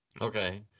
Okay